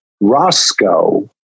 Roscoe